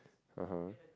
(uh huh)